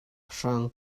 hrang